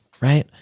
right